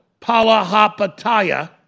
Palahapataya